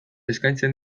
eskaintzen